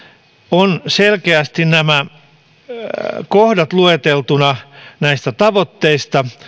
on selkeästi kohdat lueteltuina näistä tavoitteista